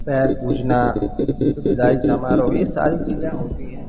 पैर पूजना फिर बिदाई समारोह यह सारी चीज़ें होती हैं